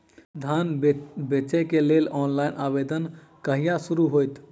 धान बेचै केँ लेल ऑनलाइन आवेदन कहिया शुरू हेतइ?